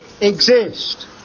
exist